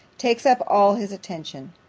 takes up all his attention.